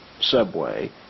subway